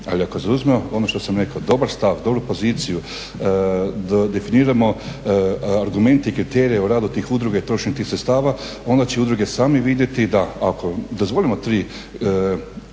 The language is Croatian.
ali ako zauzmemo ono što sam rekao dobar stav, dobru poziciju definiramo argumente i kriterije o radu tih udruga i trošenju tih sredstava onda će udruge same vidjeti da ako dozvolimo tri